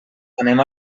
anem